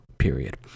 period